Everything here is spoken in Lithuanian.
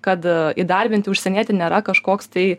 kad įdarbinti užsienietį nėra kažkoks tai